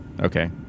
okay